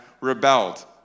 rebelled